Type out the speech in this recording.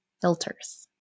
filters